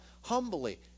humbly